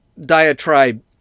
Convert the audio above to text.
diatribe